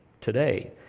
today